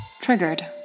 Triggered